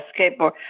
skateboard